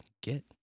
get